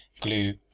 glue